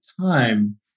time